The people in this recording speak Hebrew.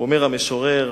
אומר המשורר